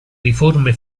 riforme